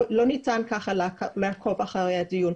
לא ניתן כך לעקוב אחרי הדיון.